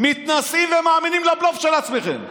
מתנשאים ומאמינים לבלוף של עצמכם.